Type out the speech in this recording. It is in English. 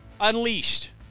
Unleashed